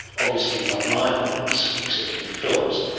obviously not live ones except in films.